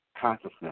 consciousness